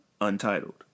Untitled